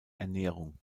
ernährung